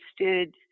understood